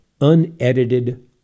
unedited